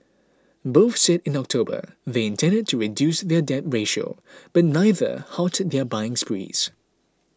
both said in October they intended to reduce their debt ratio but neither halted their buying sprees